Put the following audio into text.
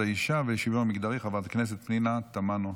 האישה ולשוויון מגדרי חברת הכנסת פנינה תמנו.